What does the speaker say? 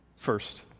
First